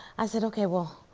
i said, okay well,